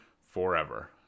forever